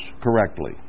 correctly